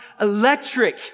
electric